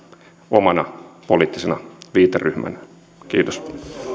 omana poliittisena viiteryhmänä kiitos